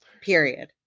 period